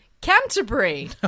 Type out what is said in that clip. canterbury